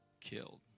killed